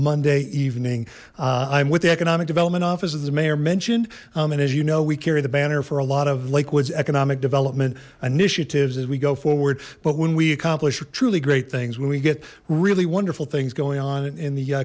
monday evening i'm with the economic development office as a mayor mentioned um and as you know we carry the banner for a lot of liquids economic development initiatives as we go forward but when we accomplish for truly great things when we get really wonderful things going on in the